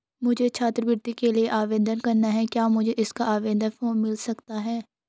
मुझे छात्रवृत्ति के लिए आवेदन करना है क्या मुझे इसका आवेदन फॉर्म मिल सकता है?